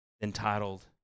entitled